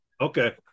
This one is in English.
Okay